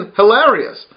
hilarious